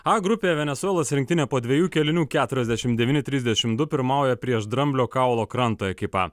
a grupėje venesuelos rinktinė po dviejų kėlinių keturiasdešimt devyni trisdešimt du pirmauja prieš dramblio kaulo kranto ekipą